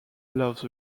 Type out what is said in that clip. loves